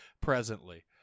presently